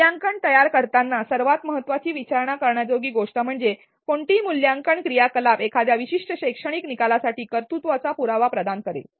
मूल्यांकन तयार करताना सर्वात महत्त्वाची विचारणा करण्याजोगी गोष्ट म्हणजे कोणती मूल्यांकन क्रियाकलाप एखाद्या विशिष्ट शैक्षणिक निकालासाठी कर्तृत्वाचा पुरावा प्रदान करेल